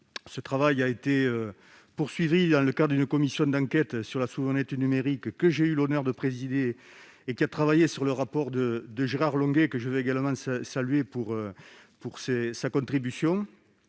Ce travail a été poursuivi dans le cadre d'une commission d'enquête sur la souveraineté numérique que j'ai eu l'honneur de présider, laquelle s'est notamment appuyée sur le rapport de Gérard Longuet, dont je veux également saluer la contribution.